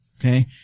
Okay